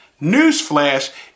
Newsflash